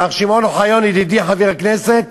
מר שמעון אוחיון, ידידי חבר הכנסת,